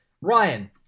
Ryan